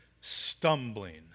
stumbling